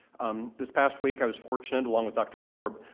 um this past week i was fortunate, along with dr. korb,